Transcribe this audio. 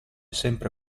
sempre